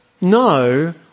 No